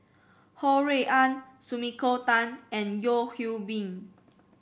Ho Rui An Sumiko Tan and Yeo Hwee Bin